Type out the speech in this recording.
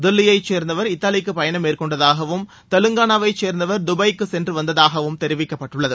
தில்லியைச் சேர்ந்தவர் இத்தாலிக்கு பயணம் மேற்கொண்டதாகவும் தெலங்கானாவைச் சேர்ந்தவர் துபாயிக்கு சென்று வந்ததாகவும் தெரிவிக்கப்பட்டுள்ளது